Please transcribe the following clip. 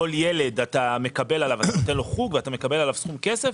כל ילד אתה נותן חוג ואתה מקבל עליו סכום כסף,